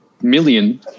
million